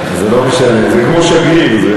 זה לא משנה, זה כמו שגריר.